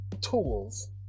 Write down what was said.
tools